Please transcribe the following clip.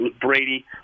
Brady